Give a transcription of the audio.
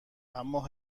اما